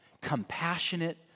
compassionate